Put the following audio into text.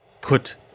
put